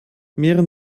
mehren